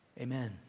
Amen